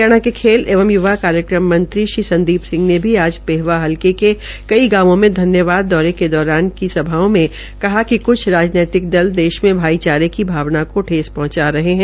हरियाणा के खेल एवं यूवा कार्यक्रम मंत्री श्री संदीप सिंह ने भी आज पहेवा हलके के कई गांवों में धन्यवाद दौरे के दौरान सभाओं में कहा कि क्छ राजनैतिक दल देश में भाईचारे की भावना को ठेस पहंचा रहे है